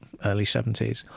early seventy s.